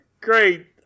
Great